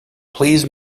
please